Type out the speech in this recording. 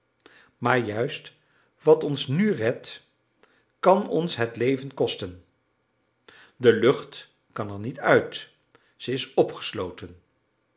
maar juist wat ons nu redt kan ons het leven kosten de lucht kan er niet uit ze is opgesloten